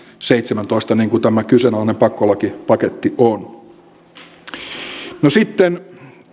seitsemäntoista niin kuin tämä kyseenalainen pakkolakipaketti on sitten